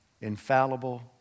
infallible